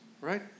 right